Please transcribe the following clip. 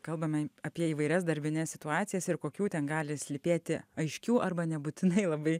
kalbame apie įvairias darbines situacijas ir kokių ten gali slypėti aiškių arba nebūtinai labai